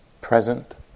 present